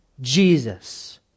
Jesus